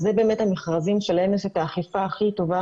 זה באמת המכרזים שלהם יש את האכיפה הכי טובה